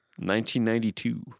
1992